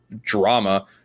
drama